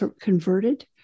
converted